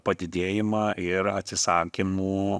padidėjimą ir atsisakymų